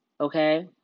Okay